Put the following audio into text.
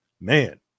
man